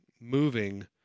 moving